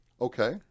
Okay